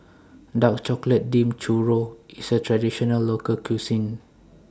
Dark Chocolate Dipped Churro IS A Traditional Local Cuisine